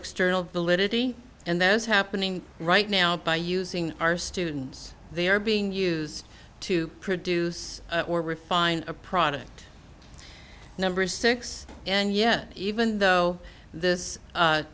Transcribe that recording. external validity and those happening right now by using our students they are being used to produce or refine a product number six and yet even though this